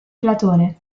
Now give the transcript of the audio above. platone